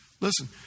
Listen